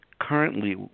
currently